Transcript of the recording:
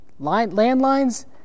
landlines